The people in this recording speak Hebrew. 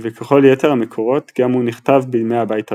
וככל יתר המקורות גם הוא נכתב בימי הבית הראשון.